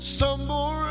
Stumble